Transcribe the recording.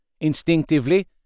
Instinctively